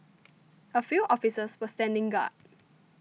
a few officers were standing guard